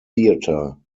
theater